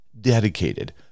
dedicated